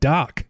Doc